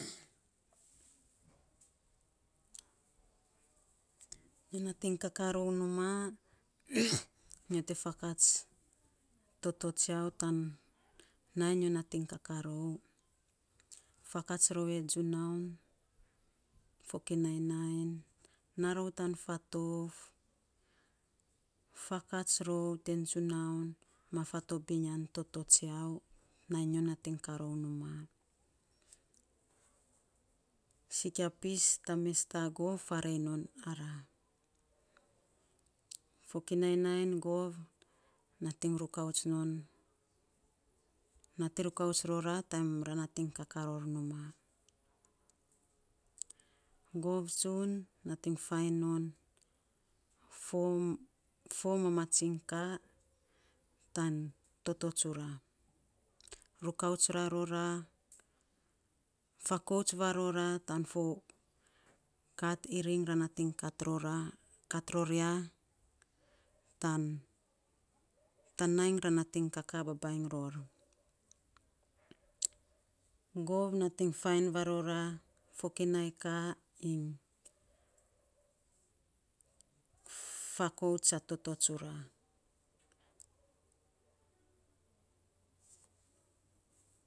Nyo nating kaka rou numaa nyo te fakats toto tsiau tan nainy nyo nating kaka rou. Fakats rou e junaun fokinai nainy. Naa rou tan fatouf, faakats rou ten junaun fokinai nainy naa rou tan fatouf, faakats rou te junaun ma fatobiny yan toto tsiau nainy nyo nating kaa rou numaa. Sikia pis ta mes ta gov faarei non ara fokinai nainy gov nating, rukauts non nating rukauts non ara. Taim ra nating kaka ror numaa gov tsun nating fan non fo mamatsiny kaa tan toto tsura, rukauts varroa fakouts varo ra tana fo kat iring ra natig kat ror ya, tan nainy ra nating kaka babainy ror gov nating fainy varo ra fo kinai ka iny fakouts a toto tsura